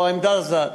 או העמדה זזה,